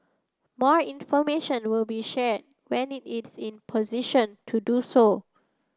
more information will be shared when it is in position to do so